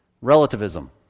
relativism